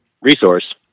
resource